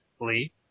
Lee